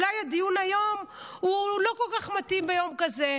אולי הדיון היום לא כל כך מתאים ביום כזה.